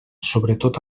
sobretot